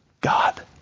God